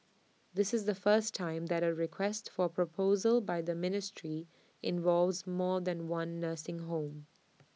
this is the first time that A request for proposal by the ministry involves more than one nursing home